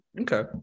Okay